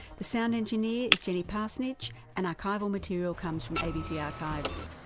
the sound engineer is jenny parsonage and archival material comes from abc archives.